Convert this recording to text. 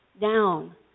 down